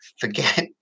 forget